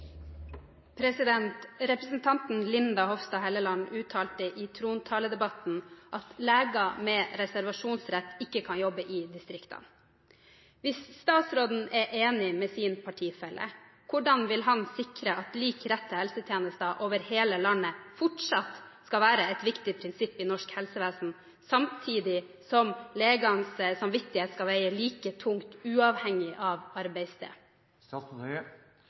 Linda C. Hofstad Helleland uttalte i trontaledebatten at leger med reservasjonsrett ikke kan jobbe i distriktene. Hvis statsråden er enig med sin partifelle, hvordan vil han sikre at lik rett til helsetjenester over hele landet fortsatt skal være et viktig prinsipp i norsk helsevesen, samtidig som legers samvittighet skal veie like tungt uavhengig av